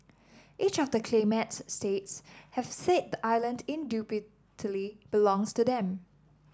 each of the claimant states have said the island indubitably belongs to them